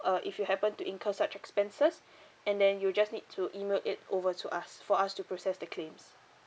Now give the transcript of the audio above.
uh if you happen to incur such expenses and then you'll just need to email it over to us for us to process the claims